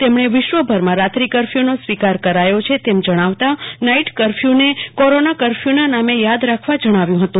તેમને વિશ્વભરમાં રાત્રી કર્ફ્યુનો સ્વીકાર કરાયો છે તેમ જણાવતા નાઈટ કર્ફ્યુને કોરોના કર્ફ્યુના નામે યાદ રાખવા જણાવ્યું હતું